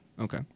okay